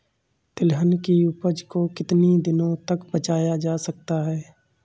तिलहन की उपज को कितनी दिनों तक बचाया जा सकता है?